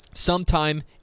Sometime